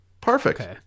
perfect